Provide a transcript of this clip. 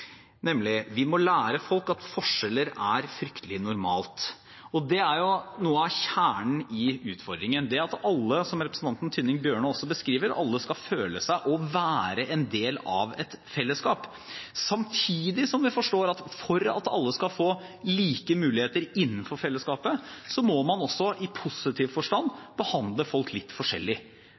nemlig: Vi må lære folk at forskjeller er fryktelig normalt. Det er noe av kjernen i utfordringen, det at alle – som representanten Tynning Bjørnø også beskriver – skal føle seg som og være en del av et fellesskap. Samtidig forstår vi at for at alle skal få like muligheter innenfor fellesskapet, må man også i positiv forstand behandle folk litt forskjellig. Folk trenger litt forskjellig behandling og litt forskjellig